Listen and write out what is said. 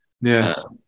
yes